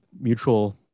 mutual